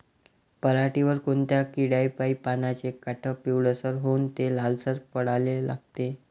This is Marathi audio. पऱ्हाटीवर कोनत्या किड्यापाई पानाचे काठं पिवळसर होऊन ते लालसर पडाले लागते?